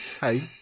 Hey